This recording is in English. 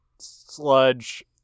Sludge